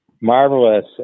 marvelous